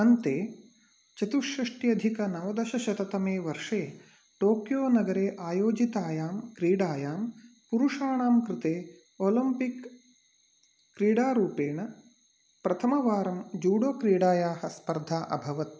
अन्ते चतुषष्ट्यधिकनवदशशततमे वर्षे टोक्योनगरे आयोजितायां क्रीडायां पुरुषाणां कृते ओलम्पिक् क्रीडारूपेण प्रथमवारं जूडो क्रीडायाः स्पर्धा अभवत्